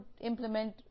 implement